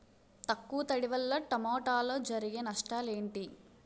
తక్కువ తడి వల్ల టమోటాలో జరిగే నష్టాలేంటి?